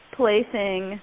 placing